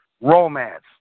romance